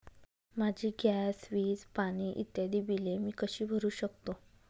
माझी गॅस, वीज, पाणी इत्यादि बिले मी कशी भरु शकतो?